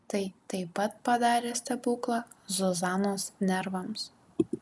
tai taip pat padarė stebuklą zuzanos nervams